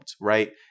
right